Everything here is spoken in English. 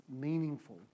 meaningful